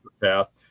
path